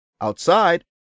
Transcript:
Outside